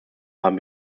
haben